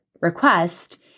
request